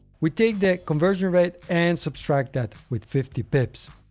we take that conversion rate and subtract that with fifty pips.